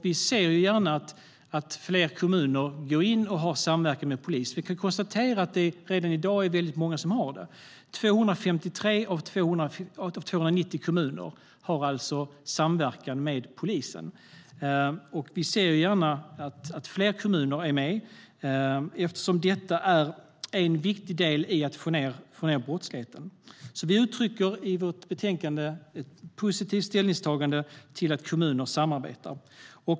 Vi ser gärna att fler kommuner går in och har samverkan med polisen. Vi kan konstatera att det redan i dag är väldigt många som har det - 253 av 290 kommuner har samverkan med polisen. Vi ser gärna att fler kommuner går med eftersom detta är en viktig del i att få ned brottsligheten. Vi uttrycker därför i vårt betänkande ett positivt ställningstagande till att kommuner samarbetar.